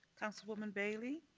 councilwoman bailey.